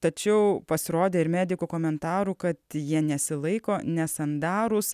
tačiau pasirodė ir medikų komentarų kad jie nesilaiko nesandarūs